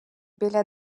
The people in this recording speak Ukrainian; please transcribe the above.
біля